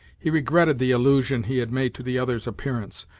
he regretted the allusion he had made to the other's appearance,